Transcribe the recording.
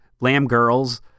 lamb-girls